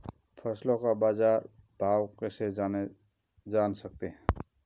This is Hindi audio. फसलों का बाज़ार भाव कैसे जान सकते हैं?